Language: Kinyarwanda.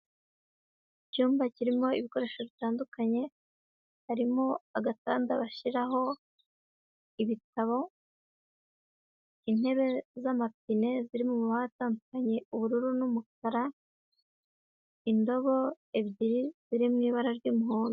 Icyumba kirimo ibikoresho bitandukanye, harimo agatanda bashyiraho ibitabo, intebe z'amapine ziri mu mabara atandukanye ubururu n'umukara, indobo ebyiri ziri mu ibara ry'umuhondo.